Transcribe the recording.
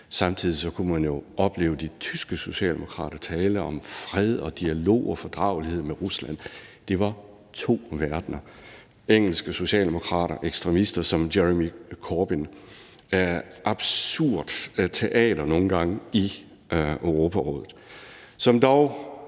Samtidig kunne man jo opleve de tyske socialdemokrater tale om fred, dialog og fordragelighed med Rusland. Det var to verdener. Og så var der engelske socialdemokrater, ekstremister som Jeremy Corbyn. Det var absurd teater nogle gange i Europarådet, som dog